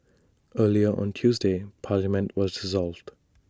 earlier on Tuesday parliament was dissolved